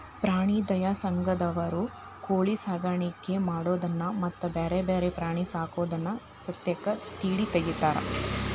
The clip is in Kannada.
ಪ್ರಾಣಿ ದಯಾ ಸಂಘದಂತವರು ಕೋಳಿ ಸಾಕಾಣಿಕೆ ಮಾಡೋದನ್ನ ಮತ್ತ್ ಬ್ಯಾರೆ ಬ್ಯಾರೆ ಪ್ರಾಣಿ ಸಾಕೋದನ್ನ ಸತೇಕ ತಿಡ್ಡ ತಗಿತಾರ